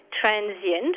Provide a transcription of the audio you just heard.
transient